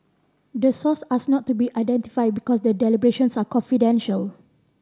the source asked not to be identified because the deliberations are confidential